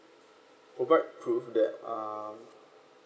provide proof that uh